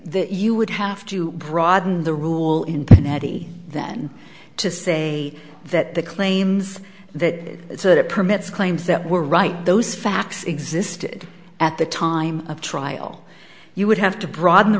you would have to broaden the rule internet than to say that the claims that it's a permits claims that were right those facts existed at the time of trial you would have to broaden the